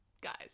Guys